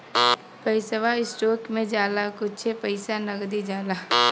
पैसवा स्टोक मे जाला कुच्छे पइसा नगदी जाला